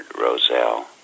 Roselle